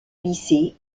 lycée